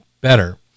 better